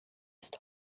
ist